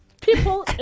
people